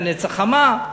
להנץ החמה.